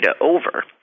over